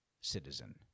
citizen